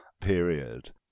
period